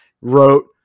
wrote